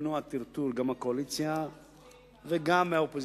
היה למנוע טרטור גם מהקואליציה וגם מהאופוזיציה,